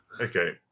Okay